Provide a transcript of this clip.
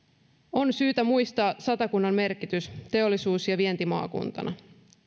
on syytä muistaa satakunnan merkitys teollisuus ja vientimaakuntana